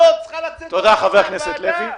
45 יום --- תודה, חבר הכנסת לוי.